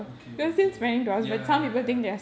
okay okay ya ya ya